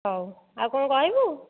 ହଉ ଆଉ କ'ଣ କହିବୁ